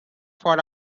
for